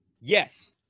Yes